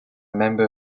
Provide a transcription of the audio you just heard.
member